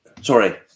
sorry